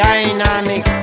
Dynamic